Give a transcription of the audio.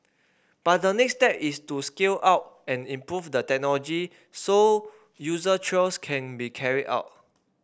but the next step is to scale up and improve the technology so user trials can be carried out